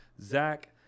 Zach